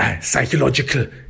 psychological